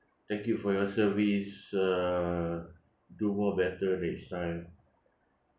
thank you for your service uh do more better next time